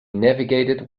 navigated